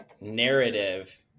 narrative